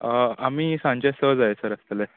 आमी सांचे स जायसर आसतले